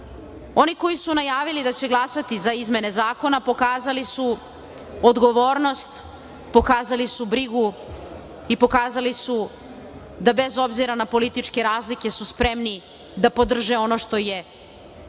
koji su najavili da će glasati za izmene zakona pokazali su odgovornost, pokazali su brigu i pokazali su da, bez obzira na političke razlike, su spremni da podrže ono što je